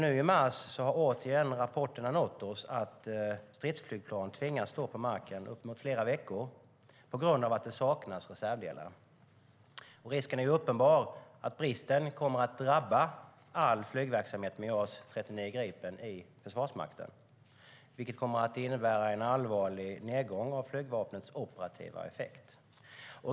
Nu i mars har återigen rapporter nått oss att stridsflygplan tvingas stå på marken uppemot flera veckor på grund av att det saknas reservdelar. Risken är uppenbar att bristen kommer att drabba all flygverksamhet med JAS 39 Gripen i Försvarsmakten. Det kommer att innebära en allvarlig nedgång av Flygvapnets operativa effekt.